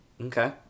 Okay